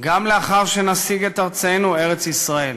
גם לאחר שנשיג את ארצנו, ארץ-ישראל.